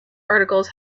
articles